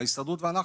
ההסתדרות ואנחנו,